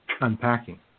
unpacking